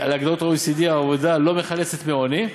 ובהתאם להגדרות ה-OECD, העבודה לא מחלצת מעוני.